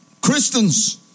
Christians